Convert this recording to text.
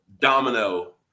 domino